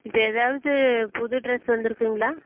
இப்போ எதாவது புது ட்ரெஸ் வந்துருக்குங்களா